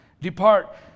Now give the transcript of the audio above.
depart